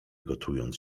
gotując